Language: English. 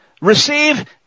receive